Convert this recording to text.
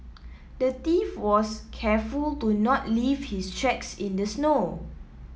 the thief was careful to not leave his tracks in the snow